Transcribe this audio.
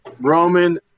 Roman